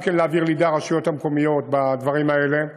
וגם להעביר לידי הרשויות המקומיות את הדברים האלה.